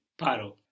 PARO